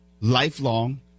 lifelong